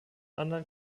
anderen